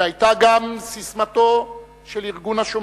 שהיתה גם ססמתו של ארגון "השומר",